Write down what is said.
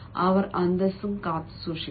അവർ അന്തസ്സും കാത്തുസൂക്ഷിക്കണം